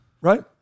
Right